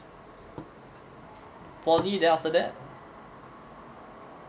poly then after that